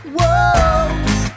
Whoa